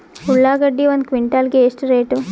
ಉಳ್ಳಾಗಡ್ಡಿ ಒಂದು ಕ್ವಿಂಟಾಲ್ ಗೆ ಎಷ್ಟು ರೇಟು?